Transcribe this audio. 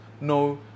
no